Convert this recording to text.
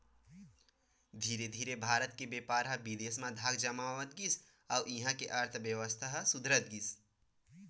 धीरे धीरे भारत के बेपार ह बिदेस म धाक जमावत गिस अउ इहां के अर्थबेवस्था ह सुधरत गिस